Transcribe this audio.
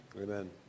amen